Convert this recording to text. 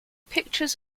pictures